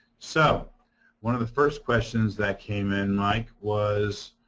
so one of the first questions that came in, mike, was,